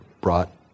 brought